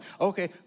Okay